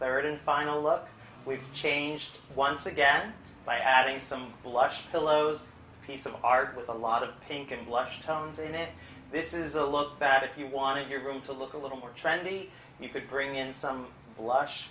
third and final look we've changed once again by adding some blush pillows piece of art with a lot of pink and blush tones in it this is a look bad if you want your room to look a little more trendy you could bring in some blush